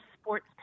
sports